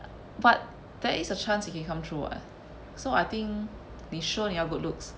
but there is a chance you can come true [what] so I think 你 sure 你要 good looks